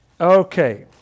Okay